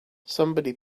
somebody